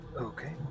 Okay